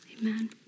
Amen